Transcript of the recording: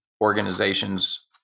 organizations